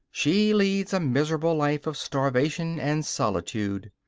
she leads a miserable life of starvation and solitude.